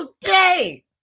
today